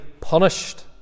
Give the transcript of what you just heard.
punished